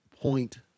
point